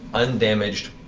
undamaged,